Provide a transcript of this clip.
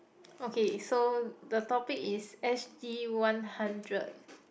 okay so the topic is S_G-one-hundred